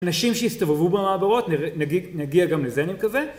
‫אנשים שהסתובבו במעברות, נגיד ‫נגיע גם לזה נקווה.